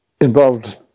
involved